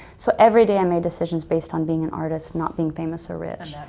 so everyday i made decisions based on being an artist not being famous or rich.